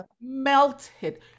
melted